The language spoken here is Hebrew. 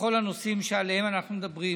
לכל הנושאים שעליהם אנחנו מדברים.